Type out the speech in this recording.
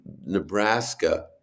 Nebraska